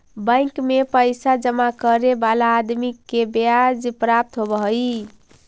bank में पैसा जमा करे वाला आदमी के ब्याज प्राप्त होवऽ हई